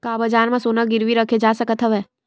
का बजार म सोना गिरवी रखे जा सकत हवय?